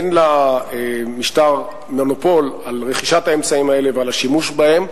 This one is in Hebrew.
אין למשטר מונופול על רכישת האמצעים האלה ועל השימוש בהם,